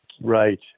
Right